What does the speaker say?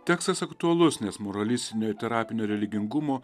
tekstas aktualus nes moralistinio ir terapinio religingumo